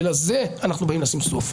ולזה אנחנו באים לשים סוף.